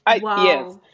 yes